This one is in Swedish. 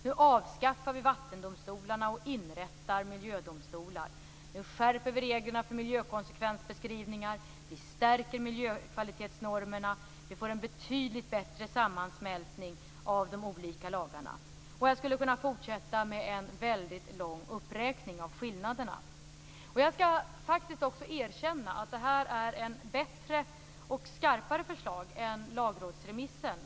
Nu avskaffar vi vattendomstolarna och inrättar miljödomstolar. Nu skärper vi reglerna för miljökonsekvensbeskrivningar. Vi stärker miljökvalitetsnormerna. Vi får en betydligt bättre sammansmältning av de olika lagarna. Jag skulle kunna fortsätta med en väldigt lång uppräkning av skillnaderna. Jag skall faktiskt också erkänna att det här är ett bättre och skarpare förslag än lagrådsremissen.